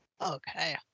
Okay